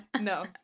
no